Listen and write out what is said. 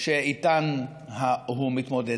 באמת שאיתן הוא מתמודד.